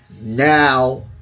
now